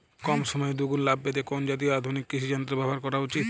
কম সময়ে দুগুন লাভ পেতে কোন জাতীয় আধুনিক কৃষি যন্ত্র ব্যবহার করা উচিৎ?